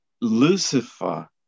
Lucifer